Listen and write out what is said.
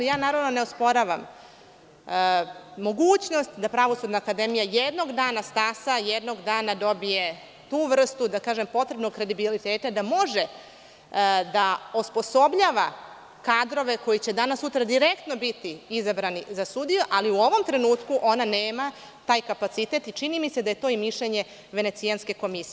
Naravno, ne osporavam mogućnost da Pravosudna akademija jednog dana stasa, jednog dana dobije tu vrstu, da kažem, potrebnog kredibiliteta da može da osposobljava kadrove koji će danas-sutra, direktno biti izabrani za sudiju, ali u ovom trenutku ona nema taj kapacitet i čini mi se da je to i mišljenje Venecijanske komisije.